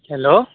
hello